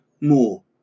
more